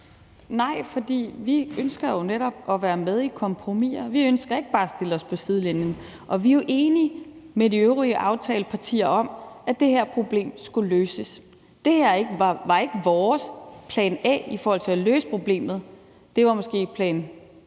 Nej, for vi ønsker jo netop at være med i kompromiser. Vi ønsker ikke bare at stille os på sidelinjen. Og vi er jo enige med de øvrige aftalepartier om, at det her problem skulle løses. Det her er ikke vores plan A i forhold til at løse problemet, det er måske plan B